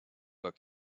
but